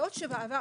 בעוד שבעבר,